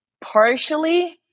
Partially